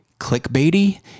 clickbaity